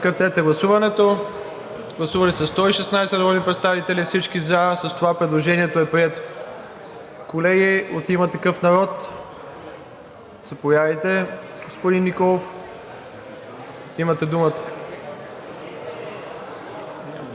Заповядайте, господин Николов, имате думата.